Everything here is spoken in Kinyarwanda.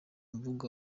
mvugo